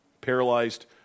paralyzed